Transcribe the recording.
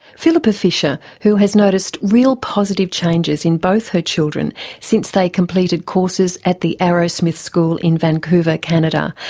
philippa fisher, who has noticed real positive changes in both her children since they completed courses at the arrowsmith school in vancouver, canada,